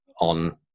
on